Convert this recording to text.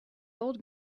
old